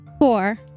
Four